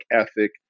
ethic